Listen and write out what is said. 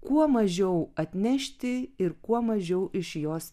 kuo mažiau atnešti ir kuo mažiau iš jos